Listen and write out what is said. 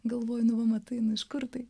galvoju nu va matai nu iš kur tai